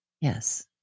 Yes